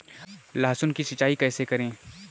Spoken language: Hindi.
लहसुन की सिंचाई कैसे करें?